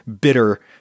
bitter